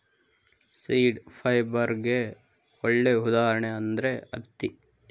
seed ಫೈಬರ್ಗೆ ಒಳ್ಳೆ ಉದಾಹರಣೆ ಅಂದ್ರೆ ಹತ್ತಿ